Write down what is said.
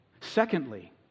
Secondly